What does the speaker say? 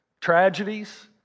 tragedies